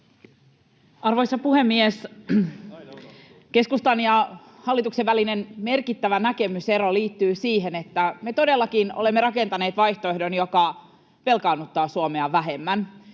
Arvoisa puhemies! Keskustan ja hallituksen välinen merkittävä näkemysero liittyy siihen, että me todellakin olemme rakentaneet vaihtoehdon, joka velkaannuttaa Suomea vähemmän.